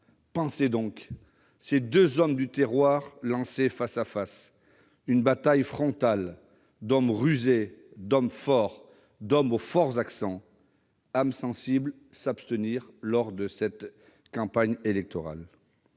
Pensez donc : ces deux hommes du terroir lancés face à face. Une bataille frontale d'hommes rusés, d'hommes forts, d'hommes aux forts accents. Âmes sensibles s'abstenir ! Je me souviens- je ne